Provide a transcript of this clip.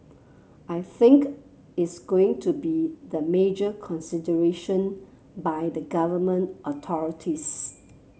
I think is going to be the major consideration by the Government authorities